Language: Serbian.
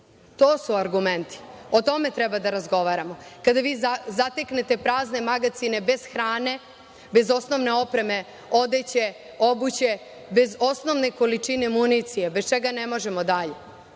To su argumenti. O tome treba da razgovaramo, kada vi zateknete prazne magacine, bez hrane, bez osnovne opreme, odeće, obuće, bez osnovne količine municije, bez čega ne možemo dalje.